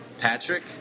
Patrick